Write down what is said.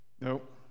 nope